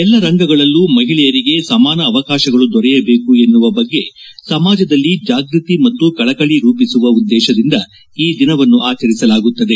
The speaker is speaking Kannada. ಎಲ್ಲ ರಂಗಗಳಲ್ಲೂ ಮಹಿಳೆಯರಿಗೆ ಸಮಾನ ಅವಕಾಶಗಳು ದೊರೆಯಬೇಕು ಎನ್ನುವ ಬಗ್ಗೆ ಸಮಾಜದಲ್ಲಿ ಜಾಗ್ಗತಿ ಮತ್ತು ಕಳಕಳ ರೂಪಿಸುವ ಉದ್ಲೇಶದಿಂದ ಈ ದಿನವನ್ನು ಆಚರಿಸಲಾಗುತ್ತದೆ